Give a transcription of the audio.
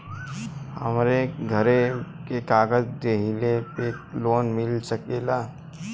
हमरे घरे के कागज दहिले पे लोन मिल सकेला?